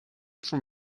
from